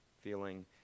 feeling